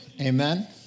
Amen